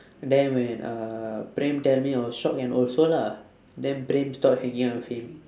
then when uh praem tell me I was shock and also lah then praem stop hanging out with him